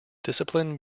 discipline